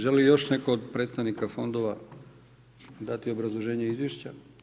Želi li još netko od predstavnika fondova dati obrazloženje izvješća?